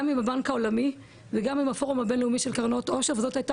גם עם הבנק העולמי וגם עם הפורום הבינלאומי של קרנות עושר וזאת הייתה